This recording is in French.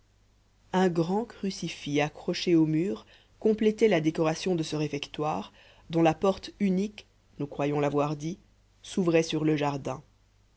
un grand crucifix accroché au mur complétait la décoration de ce réfectoire dont la porte unique nous croyons l'avoir dit s'ouvrait sur le jardin